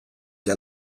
для